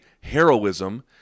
heroism